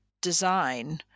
design